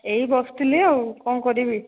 ଏଇ ବସିଥିଲି ଆଉ କ'ଣ କରିବି